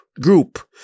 group